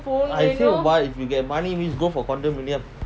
I say why if you get money means go for condominium